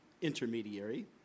Intermediary